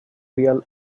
real